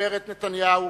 והגברת נתניהו,